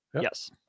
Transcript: Yes